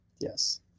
Yes